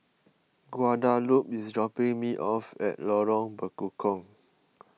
Guadalupe is dropping me off at Lorong Bekukong